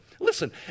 Listen